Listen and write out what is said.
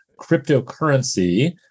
cryptocurrency